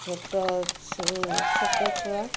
ଛୋଟ ଛୋଟ ଛୁଆ